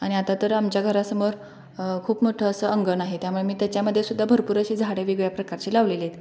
आणि आता तर आमच्या घरासमोर खूप मोठं असं अंगण आहे त्यामुळे मी त्याच्यामध्येसुद्धा भरपूर अशी झाडं वेगवेगळ्या प्रकारची लावलेली आहेत